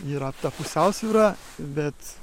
yra ta pusiausvyra bet